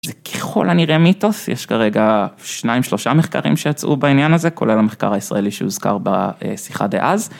זה ככל הנראה מיתוס, יש כרגע 2-3 מחקרים שיצאו בעניין הזה, כולל המחקר הישראלי שהוזכר בשיחה דאז.